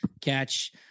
catch